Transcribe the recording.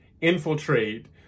infiltrate